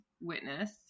witness